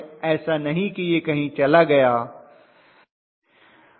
ऐसा नहीं है कि यह कहीं चला जाएगा